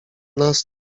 nas